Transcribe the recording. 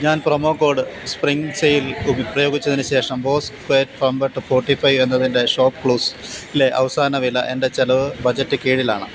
ഞാൻ promo code spring sale പ്രയോഗിച്ചതിന് ശേഷം Bose quiet comfort forty five എന്നതിൻ്റെ ഷോപ്പ് ക്ലൂസിലെ അവസാന വില എൻ്റെ ചെലവ് ബജറ്റിന് കീഴിലാണ്